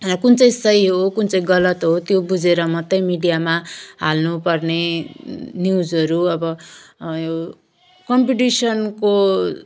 कुन चाहिँ सही हो कुन चाहिँ गलत हो त्यो बुझेर मात्रै मिडियामा हाल्नुपर्ने न्युजहरू अब यो कम्पिटिसनको